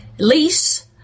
Lease